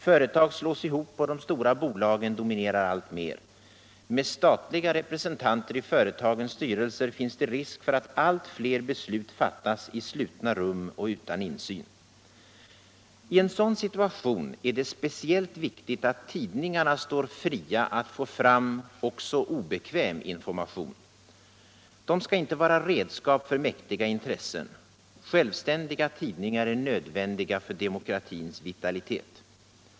Företag slås ihop och de stora bolagen dominerar allt mer. Med statliga representanter i företagens styrelser finns det risk för att allt fler beslut fattas i slutna rum och utan insyn. I en sådan situation är det speciellt viktigt att tidningarna står fria att få fram också obekväm information. De skall inte vara redskap för mäktiga intressen. Självständiga tidningar är nödvändiga för demokratins vitalitet.